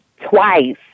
twice